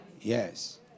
Yes